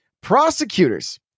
Prosecutors